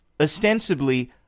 ostensibly